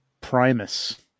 Primus